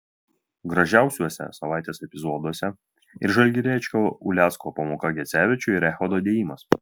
gražiausiuose savaitės epizoduose ir žalgiriečio ulecko pamoka gecevičiui ir echodo dėjimas